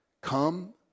come